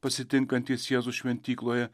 pasitinkantys jėzų šventykloje